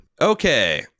Okay